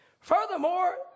Furthermore